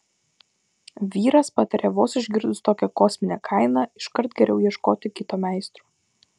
vyras patarė vos išgirdus tokią kosminę kainą iškart geriau ieškoti kito meistro